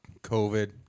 COVID